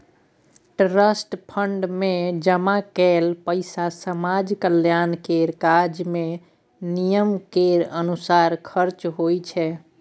trust fund मे जमा कएल पैसा समाज कल्याण केर काज मे नियम केर अनुसार खर्च होइ छै